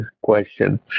question